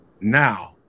now